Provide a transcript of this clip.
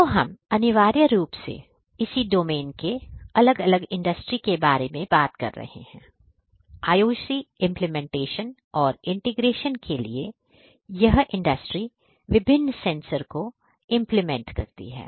तो हम अनिवार्य रूप से इसी डोमेन के अलग अलग इंडस्ट्री के बारे में बात कर रहे हैं IOT इंप्लीमेंटेशन और इंटीग्रेशन के लिए यह इंडस्ट्री विभिन्न सेंसर को इंप्लीमेंट करती है